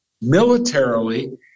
militarily